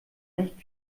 nicht